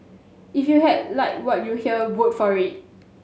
if you had like what you hear vote for it